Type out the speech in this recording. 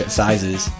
sizes